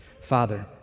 Father